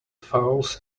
fouls